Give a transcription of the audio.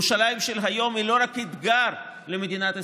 ירושלים של היום היא לא רק אתגר למדינת ישראל,